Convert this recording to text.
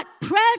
prayer